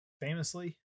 Famously